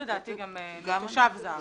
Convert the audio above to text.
לדעתי כתוב גם תושב זר.